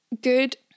good